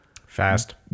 fast